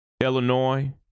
Illinois